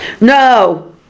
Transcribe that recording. No